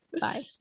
bye